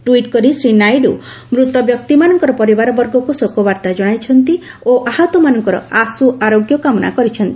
tweet କରି ଶ୍ରୀ ନାଇଡ଼ୁ ମୃତ ବ୍ୟକ୍ତିମାନଙ୍କ ପରିବାରବର୍ଗକୁ ଶୋକବାର୍ତ୍ତା ଜଣାଇଛନ୍ତି ଓ ଆହତମାନଙ୍କର ଆଶୁ ଆରୋଗ୍ୟ କାମନା କରିଛନ୍ତି